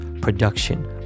production